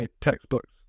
textbooks